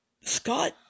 Scott